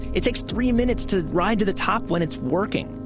it takes three minutes to ride to the top when it's working!